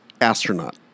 astronaut